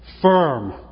firm